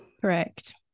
correct